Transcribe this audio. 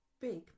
big